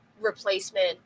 replacement